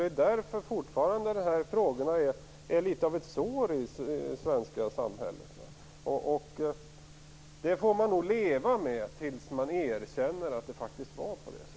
Det är därför som dessa frågor fortfarande är något av ett sår i det svenska samhället. Och det får man leva med till dess att man erkänner att det gick till på det sättet.